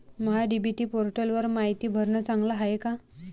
महा DBT पोर्टलवर मायती भरनं चांगलं हाये का?